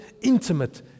intimate